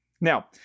Now